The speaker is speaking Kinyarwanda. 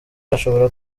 ashobora